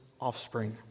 offspring